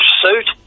suit